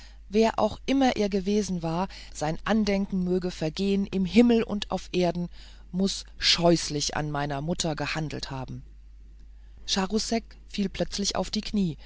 wer auch immer er gewesen war sein andenken möge vergehen im himmel und auf erden muß scheußlich an meiner mutter gehandelt haben charousek fiel plötzlich auf die knie